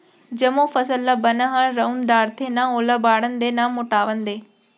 जमो फसल ल बन ह रउंद डारथे, न ओला बाढ़न दय न मोटावन दय